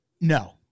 no